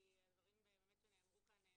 כי הדברים שנאמרו כאן,